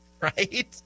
right